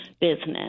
business